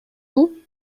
vous